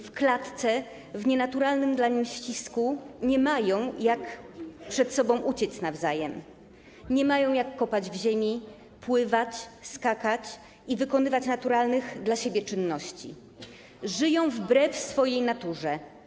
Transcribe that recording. W klatce, w nienaturalnym dla nich ścisku, nie mają jak przed sobą nawzajem uciec, nie mają jak kopać w ziemi, pływać, skakać i wykonywać naturalnych dla siebie czynności, żyją wbrew swojej naturze.